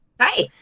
Hi